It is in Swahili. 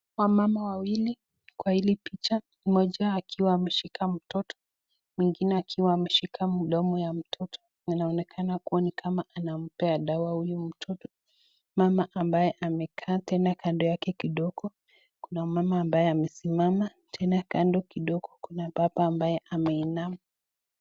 Wamama wawili kwa hili picha, mmoja akiwa amemshika mtoto, mwingine akiwa ameshika mdomo ya mtoto na inaonekana kuwa ni kama anampa dawa huyu mtoto. Mama ambaye amekaa tena kando yake kidogo, kuna mama ambaye amesimama, tena kando kidogo kuna baba ambaye ameinama.